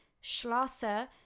schlosser